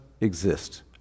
exist